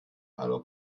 aller